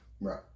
Right